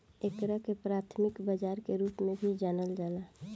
एकरा के प्राथमिक बाजार के रूप में भी जानल जाला